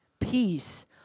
peace